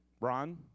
Ron